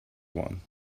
one